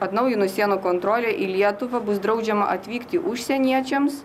atnaujinus sienų kontrolę į lietuvą bus draudžiama atvykti užsieniečiams